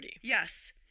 Yes